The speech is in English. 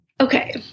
Okay